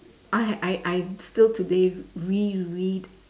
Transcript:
I had I I still today reread